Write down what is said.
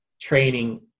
training